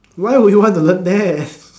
why would you want to learn there